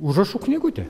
užrašų knygutė